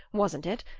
wasn't it,